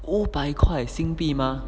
五百块新币吗